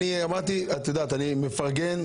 את יודעת, אני תמיד מפרגן.